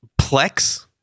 Plex